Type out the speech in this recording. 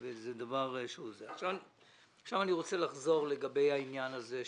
אני רוצה לחזור לעניין של